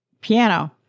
piano